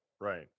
Right